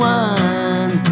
one